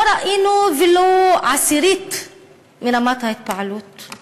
לא ראינו ולו עשירית מרמת ההתפעלות.